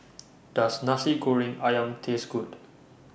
Does Nasi Goreng Ayam Taste Good